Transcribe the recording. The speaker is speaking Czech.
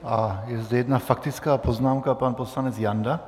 A je zde jedna faktická poznámka pan poslanec Janda.